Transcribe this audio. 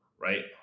right